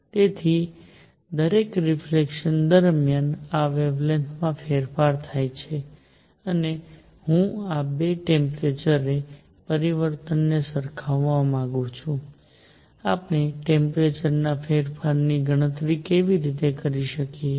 તેથી દરેક રિફલેક્શન દરમિયાન આ વેવલેન્થમાં ફેરફાર થાય છે અને હું આ 2 ટેમ્પરેચર પરિવર્તનને સરખાવવા માંગુ છું આપણે ટેમ્પરેચરમાં ફેરફારની ગણતરી કેવી રીતે કરી શકીએ